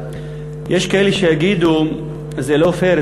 יש כאלה שיגידו: זה לא פייר,